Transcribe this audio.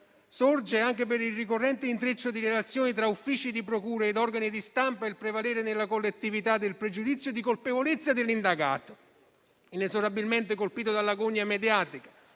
sorge, anche per il ricorrente intreccio di relazioni tra uffici di procure ed organi di stampa, il prevalere nella collettività del pregiudizio di colpevolezza dell'indagato, inesorabilmente colpito dalla gogna mediatica,